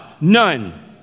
None